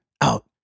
out